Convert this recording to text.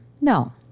no